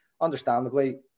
understandably